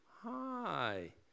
Hi